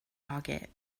pocket